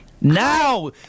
Now